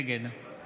נגד